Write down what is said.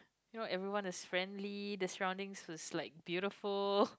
you know everyone is friendly the surroundings is like beautiful